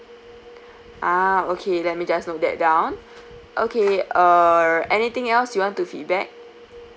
ah okay let me just note that down okay uh anything else you want to feedback